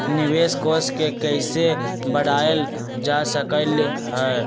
निवेश कोष के कइसे बढ़ाएल जा सकलई ह?